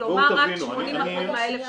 כלומר רק 80% מה-1,600.